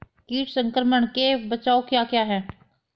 कीट संक्रमण के बचाव क्या क्या हैं?